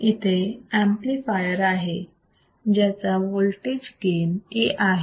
इथे एंपलीफायर आहे ज्याचा वोल्टेज गेन A आहे